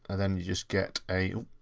then you just get a,